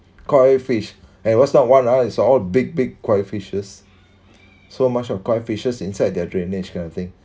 koi fish and was not one ah it's all big big koi fishes so much of koi fishes inside their drainage kind of thing